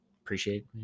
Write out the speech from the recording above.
appreciate